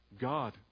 God